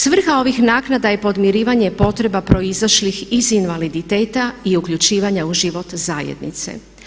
Svrha ovih naknada je podmirivanje potreba proizašlih iz invaliditeta i uključivanja u život zajednice.